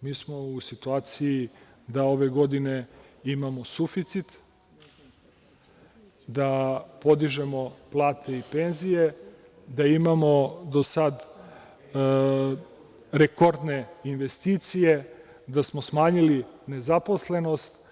mi smo u situaciji da ove godine imamo suficit, da podižemo plate i penzije, da imamo do sada rekordne investicije, da smo smanjili nezaposlenost.